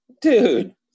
Dude